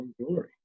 jewelry